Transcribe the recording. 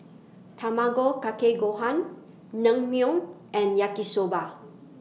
Tamago Kake Gohan Naengmyeon and Yaki Soba